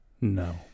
No